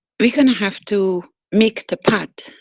we're gonna have to make the path.